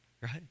right